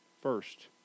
First